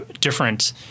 different